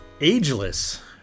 Ageless